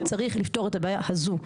צריך לפתור את הבעיה הזו.